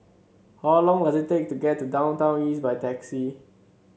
how long does it take to get to Downtown East by taxi